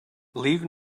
leave